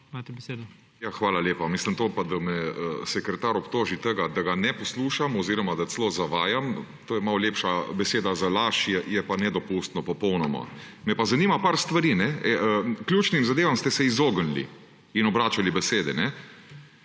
Hvala lepa. To pa, da me sekretar obtoži tega, da ga ne poslušam oziroma, da celo zavajam to je malo lepša beseda za laž je pa nedopustno popolnoma. Zanima me par stvari. Ključnim zadevam ste se izognili in obračali besede.